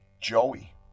joey